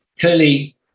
clearly